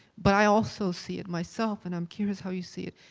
but i also see it myself, and i'm curious how you see it,